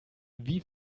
wie